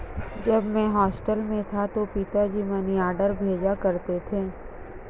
जब मैं हॉस्टल में था तो पिताजी मनीऑर्डर भेजा करते थे